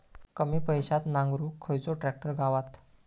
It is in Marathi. कमी पैशात नांगरुक खयचो ट्रॅक्टर गावात?